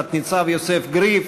תת-ניצב יוסף גריף,